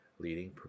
leading